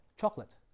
chocolate